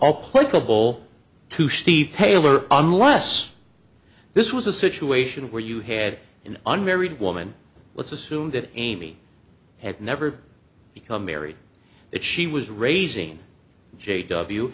portable to steve taylor unless this was a situation where you had an unmarried woman let's assume that amy had never become married that she was raising j w